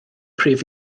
prif